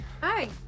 Hi